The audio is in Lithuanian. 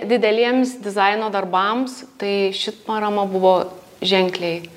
dideliems dizaino darbams tai ši parama buvo ženkliai